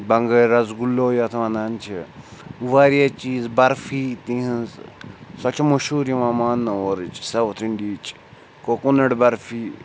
بنٛگٲلۍ رَس گُلو یَتھ وَنان چھِ واریاہ چیٖز برفی تِہِنٛز سۄ چھِ مشہوٗر یِوان مانٛنہٕ اورٕچ ساوُتھ اِنٛڈیِچ کوٚکوٚنٹ برفی